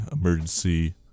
emergency